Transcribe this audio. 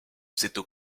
cette